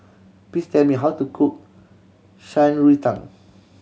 please tell me how to cook Shan Rui Tang